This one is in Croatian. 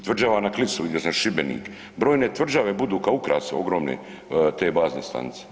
Tvrđava na Klisu, Šibenik, brojne tvrđave budu kao ukras ogromne te bazne stanice.